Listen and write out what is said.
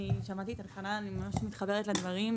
אני שמעתי את חבריי, אני ממש מתחברת לדברים.